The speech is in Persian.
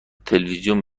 تلویزیون